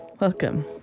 Welcome